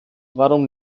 warum